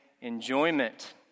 Enjoyment